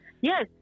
Yes